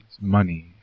money